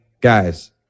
Guys